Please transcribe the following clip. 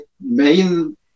main